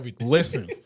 listen